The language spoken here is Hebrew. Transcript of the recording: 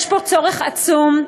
יש פה צורך עצום,